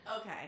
Okay